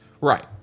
Right